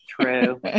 True